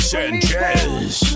Sanchez